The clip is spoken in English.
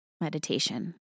meditation